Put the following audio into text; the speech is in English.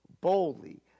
boldly